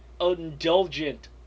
indulgent